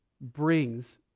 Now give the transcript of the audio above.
brings